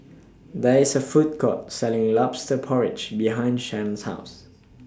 There IS A Food Court Selling Lobster Porridge behind Shon's House